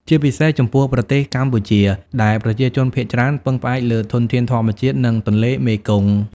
ជាពិសេសចំពោះប្រទេសកម្ពុជា ដែលប្រជាជនភាគច្រើនពឹងផ្អែកលើធនធានធម្មជាតិ និងទន្លេមេគង្គ។